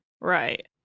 Right